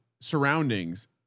surroundings